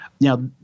Now